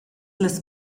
las